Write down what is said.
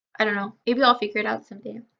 i don't know maybe i'll figure it out someday.